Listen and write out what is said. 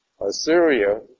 Assyria